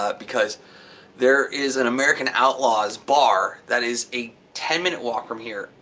ah because there is an american outlaws bar that is a ten minute walk from here.